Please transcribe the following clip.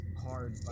hard